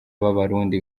b’abarundi